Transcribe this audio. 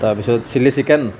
তাৰ পিছত chilli chicken